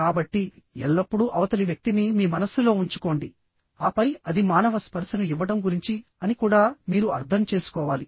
కాబట్టిఎల్లప్పుడూ అవతలి వ్యక్తిని మీ మనస్సులో ఉంచుకోండి ఆపై అది మానవ స్పర్శను ఇవ్వడం గురించి అని కూడా మీరు అర్థం చేసుకోవాలి